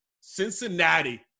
Cincinnati